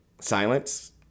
silence